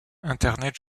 internet